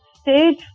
Stage